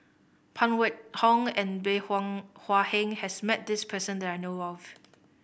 Phan Wait Hong and Bey Hua Hua Heng has met this person that I know of